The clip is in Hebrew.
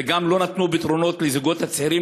וגם לא נתנו פתרונות לזוגות הצעירים,